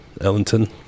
Ellington